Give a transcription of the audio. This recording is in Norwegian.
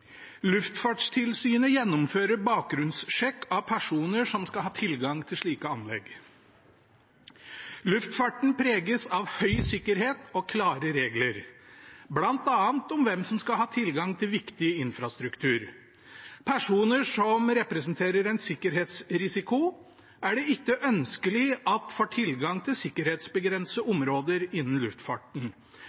Luftfartstilsynet gjennomfører bakgrunnssjekk av personer som skal ha tilgang til slike anlegg. Luftfarten preges av høy sikkerhet og klare regler, bl.a. om hvem som skal ha tilgang til viktig infrastruktur. Personer som representerer en sikkerhetsrisiko, er det ikke ønskelig at får tilgang til sikkerhetsbegrensede områder innen luftfarten.